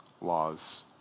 laws